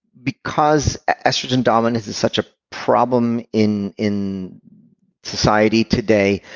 because estrogen dominance is such a problem in in society today,